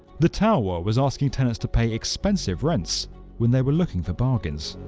the tower was asking tenants to pay expensive rents when they were looking for bargains.